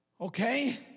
okay